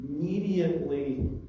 immediately